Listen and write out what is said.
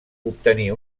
obtenir